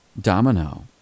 Domino